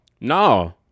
No